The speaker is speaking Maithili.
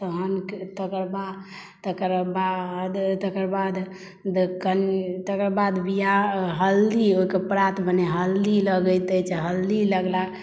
तहन तकर बाद बियाह हल्दी ओहिकेँ परात भने हल्दी लगैत अछि हल्दी लगला